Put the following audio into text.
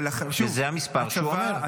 זה המספר שהוא אומר.